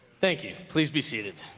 thank you. please be seated